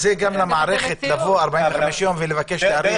דרך המלך היתה 60 ימים.